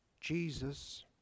Jesus